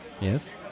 Yes